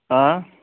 آ